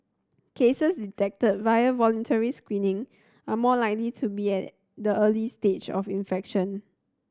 cases detected via voluntary screening are more likely to be at the early stage of infection